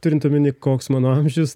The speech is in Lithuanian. turint omeny koks mano amžius